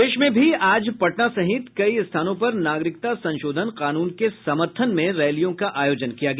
प्रदेश में भी आज पटना सहित कई स्थानों पर नागरिकता संशोधन कानून को समर्थन में रैलियों का आयोजन किया गया